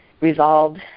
resolved